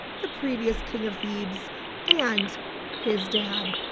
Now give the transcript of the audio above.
the previous king of thebes and his dad.